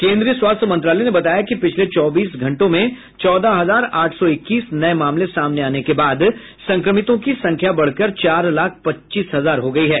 केन्द्रीय स्वास्थ्य मंत्रालय ने बताया कि पिछले चौबीस घंटों में चौदह हजार आठ सौ इक्कीस नये मामले सामने आने के बाद संक्रमितों की संख्या बढ़कर चार लाख पच्चीस हजार हो गई है